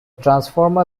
transformer